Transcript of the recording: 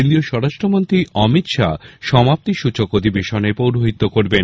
কেন্দ্রীয় স্বরাষ্ট্র মন্ত্রী অমিত শাহ সমাপ্তিসূচক অধিবেশনে পৌরোহিত্য করবেন